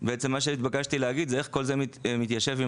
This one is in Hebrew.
בעצם מה שהתבקשתי להגיד זה איך כל זה מתיישב עם